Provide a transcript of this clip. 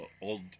old